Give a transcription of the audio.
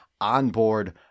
onboard